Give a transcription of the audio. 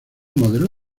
modelo